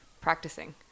practicing